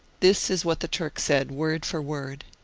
this is what the turk said, word for word.